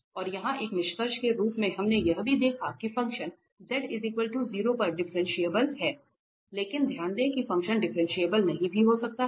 और यहां एक निष्कर्ष के रूप में हमने यह भी देखा कि फ़ंक्शन z 0 पर डिफरेंशिएबल है लेकिन ध्यान दें कि फ़ंक्शन डिफरेंशिएबल नहीं भी हो सकता है